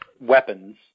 weapons